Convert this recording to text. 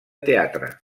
teatre